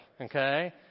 okay